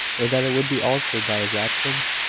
or that it would be altered by his absence?